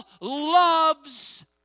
loves